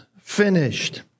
finished